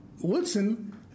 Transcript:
Wilson